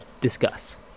Discuss